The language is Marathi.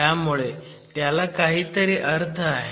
त्यामुळे त्याला काहितरी अर्थ आहे